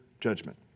judgment